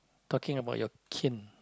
talking about your kin